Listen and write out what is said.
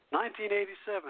1987